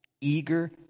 eager